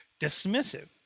dismissive